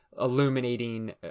illuminating